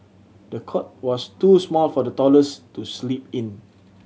the cot was too small for the dollars to sleep in